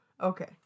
Okay